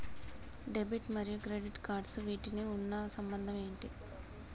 Debit మరియు credit cards వీటికి ఉన్న సంబంధం ఏంటి?